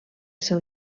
seu